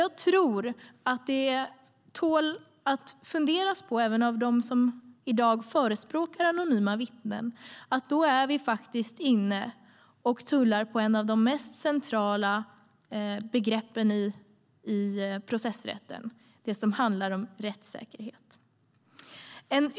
Jag tror att det tål att funderas på, även för dem som i dag förespråkar anonyma vittnen, att vi då är inne och tullar på ett av de mest centrala begreppen i processrätten: rättssäkerhet.